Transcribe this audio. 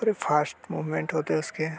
थोड़ी fast movement होती हैं उनकी